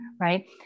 right